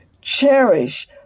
cherish